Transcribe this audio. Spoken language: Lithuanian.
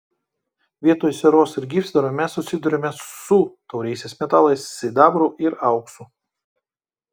vietoj sieros ir gyvsidabrio mes susiduriame su tauriaisiais metalais sidabru ir auksu